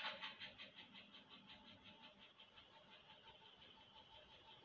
forestry ఇంజనీర్లు తప్పనిసరిగా mechanical మరియు సాంకేతిక నైపుణ్యాలను కలిగి ఉండాలి